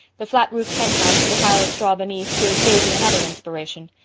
the flat-roofed henhouse and a pile of straw beneath gave davy another inspiration.